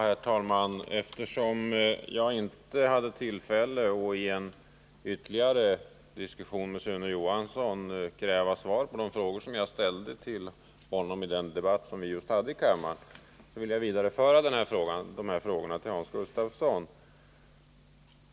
Herr talman! Eftersom jag inte hade tillfälle att i en ytterligare diskussion med Sune Johansson kräva svar på de frågor som jag ställde till honom under debatten, så vill jag vidareföra dessa frågor till Hans Gustafsson.